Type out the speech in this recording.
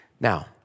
Now